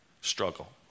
struggle